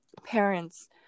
Parents